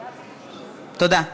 תודה.